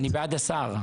אני בעד השר.